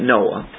Noah